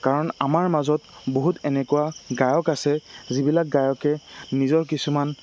কাৰণ আমাৰ মাজত বহুত এনেকুৱা গায়ক আছে যিবিলাক গায়কে নিজৰ কিছুমান